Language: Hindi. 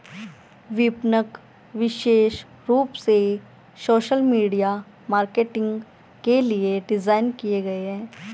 विपणक विशेष रूप से सोशल मीडिया मार्केटिंग के लिए डिज़ाइन किए गए है